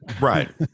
Right